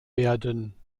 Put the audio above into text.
werden